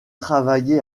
travaillé